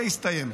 זה הסתיים.